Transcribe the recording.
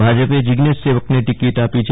ભાજપે જોજ્ઞેશ સેવકને ટિકિટ આપી છે